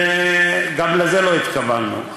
גם, לזה לא התכוונו.